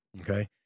Okay